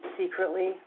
secretly